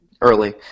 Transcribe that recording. early